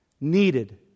needed